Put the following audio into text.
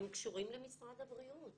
הם קשורים למשרד הבריאות.